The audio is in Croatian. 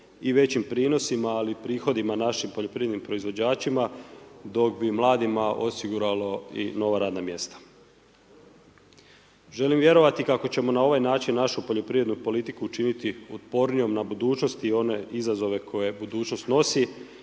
i većim prinosima ali i prihodima našim poljoprivrednim proizvođačima dok bi mladima osiguralo i nova radna mjesta. Želim vjerovati kako ćemo na ovaj način našu poljoprivrednu politiku učiniti otpornijom na budućnost i one izazove koje budućnost nosi,